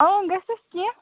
اَں گژھیٚس کیٚنہہ